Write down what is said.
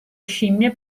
scimmie